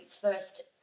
first